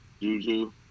juju